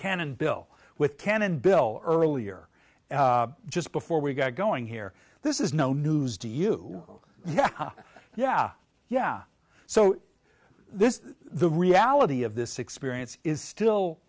cannon bill with cannon bill earlier just before we got going here this is no news to you yeah yeah yeah so this is the reality of this experience is still